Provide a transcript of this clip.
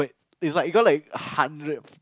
it's like it got like hundred